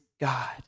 God